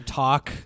talk